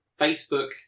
Facebook